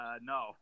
No